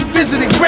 visiting